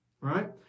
right